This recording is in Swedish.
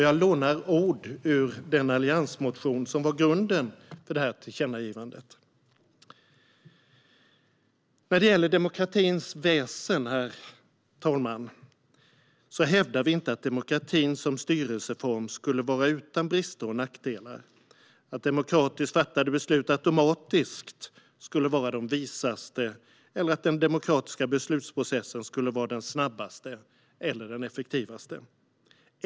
Jag lånar ord ur den alliansmotion som var grunden för detta tillkännagivande. När det gäller demokratins väsen, herr talman, hävdar vi inte att demokratin som styrelseform skulle vara utan brister och nackdelar, att demokratiskt fattade beslut automatiskt skulle vara de visaste eller att den demokratiska beslutsprocessen skulle vara den snabbaste eller effektivaste.